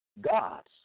gods